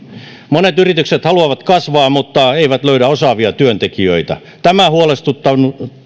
monet yritykset haluavat kasvaa mutta eivät löydä osaavia työntekijöitä tämä huolestuttava